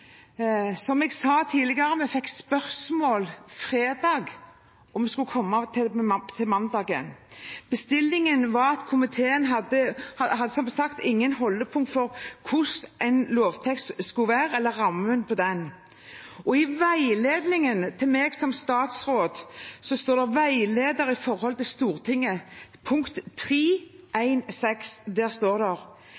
Som jeg sa tidligere, fikk vi spørsmålet fredag og skulle komme tilbake til mandagen. Bestillingen var at komiteen som sagt ikke hadde noen holdepunkter for hvordan en lovtekst skulle være, eller rammen for den. I veiledningen til meg som statsråd står det i veilederen Om forholdet til Stortinget, punkt